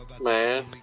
man